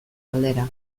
aldera